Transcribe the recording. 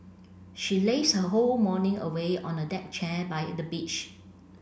she lazed her whole morning away on a deck chair by the beach